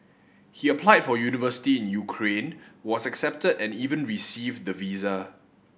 he applied for university in Ukraine was accepted and even received the visa